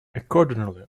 accordingly